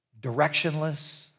directionless